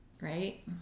Right